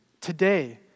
today